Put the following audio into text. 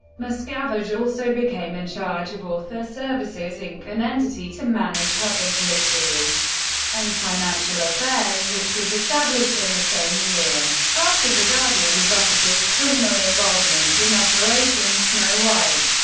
miscavige also became in charge of author services, inc. an entity to manage hubbard's literary and financial affairs, which was established in the same year. after the guardian's office's criminal involvement in operation snow white,